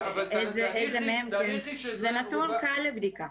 זה נתון קל לבדיקה.